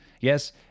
Yes